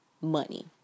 money